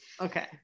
Okay